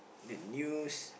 the news